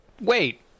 Wait